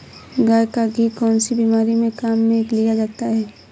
गाय का घी कौनसी बीमारी में काम में लिया जाता है?